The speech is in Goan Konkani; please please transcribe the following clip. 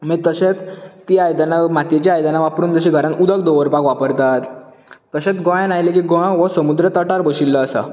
म तशेच तीं आयदना मातयेचीं आयदना वापरून जशीं घरान उदक दवरपाक वापरतात तसेच गोंयांन आयले की गोंयान हो समुद्र तटार बशिल्लो आसा